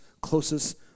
closest